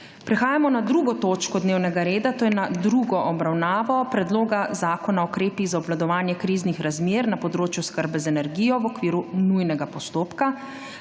prekinjeno 2. točko dnevnega reda to je z drugo obravnavo Predloga zakona o ukrepih za obvladovanje kriznih razmer na področju oskrbe z energijo****v okviru nujnega postopka.**